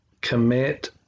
commit